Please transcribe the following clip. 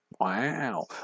Wow